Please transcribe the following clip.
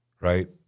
right